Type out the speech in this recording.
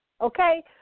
okay